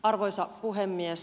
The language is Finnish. arvoisa puhemies